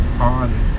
on